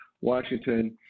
Washington